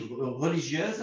religieuses